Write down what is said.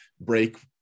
break